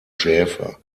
schäfer